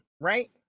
right